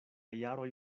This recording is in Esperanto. jaroj